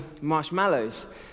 marshmallows